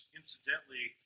incidentally